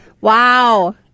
Wow